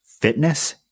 fitness